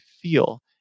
feel